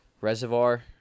reservoir